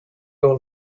all